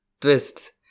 twists